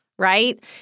Right